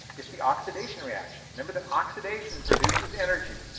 it's the oxidation reaction. remember that oxidation produces energy.